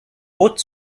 both